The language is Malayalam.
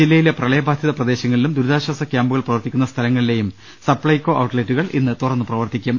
ജില്ലയിലെ പ്രളയബാധിത പ്രദേശങ്ങളിലും ദുരിതാശ്ചാസ കൃാമ്പുകൾ പ്രവർത്തിക്കുന്ന സ്ഥലങ്ങളിലെയും സപ്ലൈകോ ഔട്ട്ലെറ്റുകൾ ഇന്ന് തുറന്ന് പ്രവർത്തിക്കും